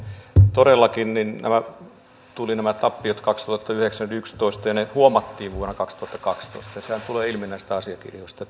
todellakin nämä tappiot tulivat kaksituhattayhdeksän viiva kaksituhattayksitoista ja ne huomattiin vuonna kaksituhattakaksitoista sehän tulee ilmi näistä asiakirjoista